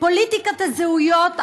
פוליטיקת הזהויות,